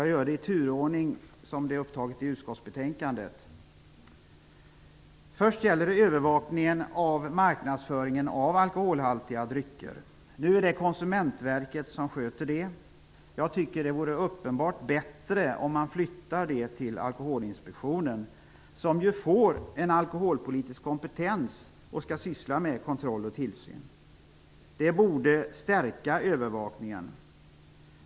Jag gör det i den turordning som de tagits upp i utskottsbetänkandet. Först gäller det övervakningen av marknadsföringen av alkoholhaltiga drycker. Nu är det Konsumentverket som sköter detta. Jag tycker att det vore uppenbart bättre om man flyttar övervakningen till Alkoholinspektionen, som får en alkoholpolitisk kompetens och skall syssla med kontroll och tillsyn. Det borde stärka övervakningen.